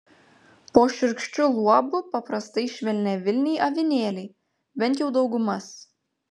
po šiurkščiu luobu paprastai švelniavilniai avinėliai bent jau daugumas